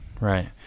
Right